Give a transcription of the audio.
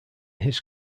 his